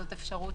זאת אפשרות